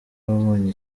wabonye